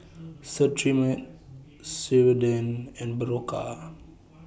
Cetrimide Ceradan and Berocca